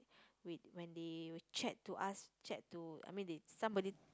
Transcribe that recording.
when they chat to ask chat to I mean somebody